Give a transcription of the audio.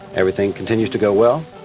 everything continues to go well.